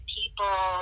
people